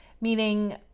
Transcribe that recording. Meaning